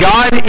God